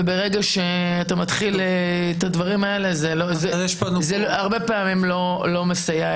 וברגע שאתה מתחיל את הדברים אז זה הרבה פעמים לא מסייע,